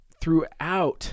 throughout